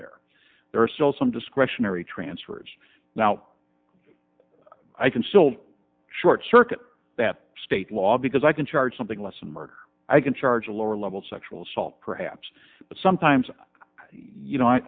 there there are still some discretionary transfers now i can still short circuit that state law because i can charge something less than murder i can charge a lower level sexual assault perhaps but sometimes you know